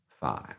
five